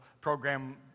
program